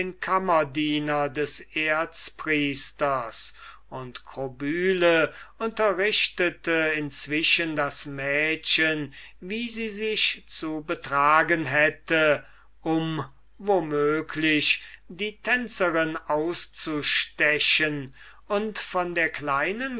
kammerdiener des erzpriesters und krobyle unterrichtete inzwischen das mädchen wie sie sich zu betragen hätte um wo möglich die tänzerin auszustechen und von der kleinen